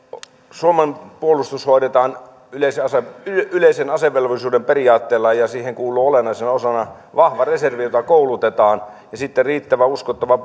suomen puolustus hoidetaan yleisen asevelvollisuuden periaatteella ja siihen kuuluu olennaisena osana vahva reservi jota koulutetaan ja sitten riittävä uskottava